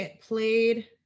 played